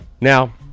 now